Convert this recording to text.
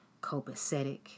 copacetic